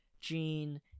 Gene